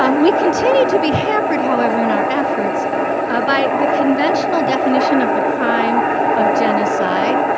um we continue to be hampered however in our efforts by the conventional definition of the crime of genocide.